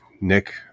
Nick